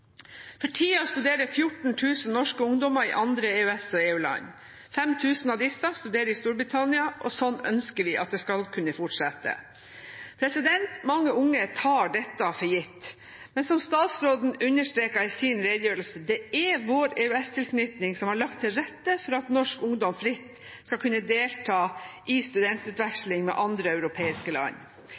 For tida studerer 14 000 norske ungdommer i andre EØS- og EU-land. 5 000 av disse studerer i Storbritannia. Sånn ønsker vi at det skal kunne fortsette. Mange unge tar dette for gitt. Men som statsråden understreket i sin redegjørelse: Det er vår EØS-tilknytning som har lagt til rette for at norsk ungdom fritt skal kunne delta i studentutveksling med andre europeiske land.